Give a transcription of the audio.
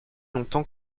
longtemps